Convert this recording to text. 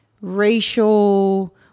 racial